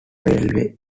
railway